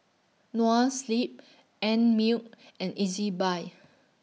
Noa Sleep Einmilk and Ezbuy